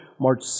March